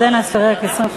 עכשיו.